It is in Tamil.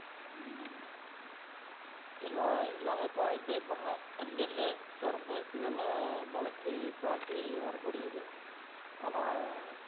எல்லாம் எல்லாமே ப பயிர் பண்ணலாம் நெல் கரும்பு இதெல்லாம் மழைக்கு தாங்கி வரக்கூடியது ஆனால்